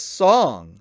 song